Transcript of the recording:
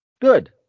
good